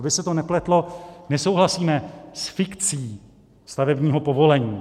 Aby se to nepletlo, nesouhlasíme s fikcí stavebního povolení.